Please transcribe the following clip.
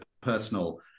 personal